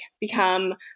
become